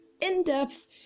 in-depth